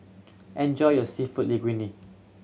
enjoy your Seafood Linguine